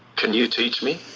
can you teach me?